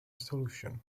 solution